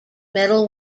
medal